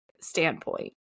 standpoint